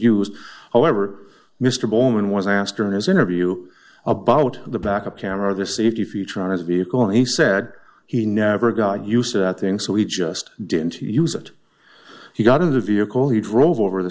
used however mr bowman was asked during his interview about the backup camera or the safety feature on his vehicle and he said he never got used to that thing so he just didn't use it he got in the vehicle he drove over th